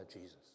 Jesus